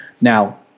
Now